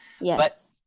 Yes